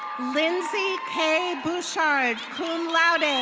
lindsay k bouchard, cum laude.